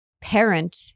parent